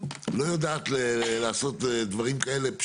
שהיא תוכל לעשות את החלוקה של הנחלה.